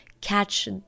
catch